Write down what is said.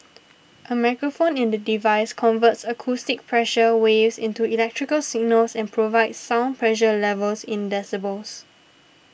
a microphone in the device converts acoustic pressure waves into electrical signals and provides sound pressure levels in decibels